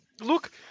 look